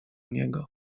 niego